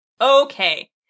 Okay